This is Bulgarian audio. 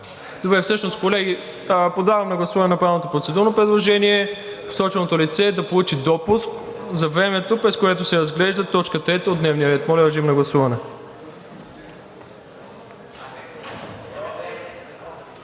Добре, всъщност, колеги, подлагам на гласуване направеното процедурно предложение посоченото лице да получи допуск за времето, през което се разглежда т. 3 от дневния ред. Моля, режим на гласуване.